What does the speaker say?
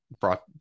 brought